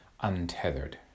untethered